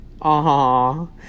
Aww